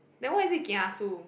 then why is it